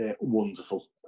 Wonderful